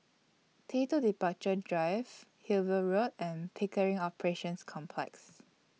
T two Departure Drive Hillview Road and Pickering Operations Complex